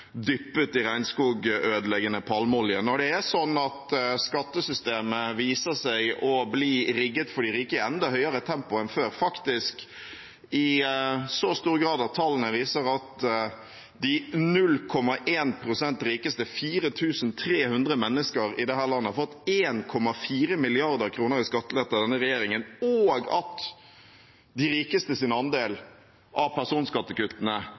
dyppet i regnskogødeleggende palmeolje, når det er sånn at skattesystemet viser seg å bli rigget for de rike i enda høyere tempo enn før, faktisk i så stor grad at tallene viser at de 0,1 pst. rikeste, 4 300 mennesker i dette landet, har fått 1,4 mrd. kr i skattelette under denne regjeringen, og at de rikeste sin andel av personskattekuttene